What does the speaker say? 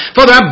Father